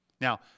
Now